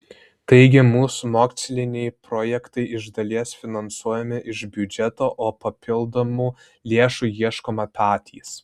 taigi mūsų moksliniai projektai iš dalies finansuojami iš biudžeto o papildomų lėšų ieškome patys